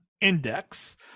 Index